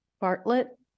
bartlett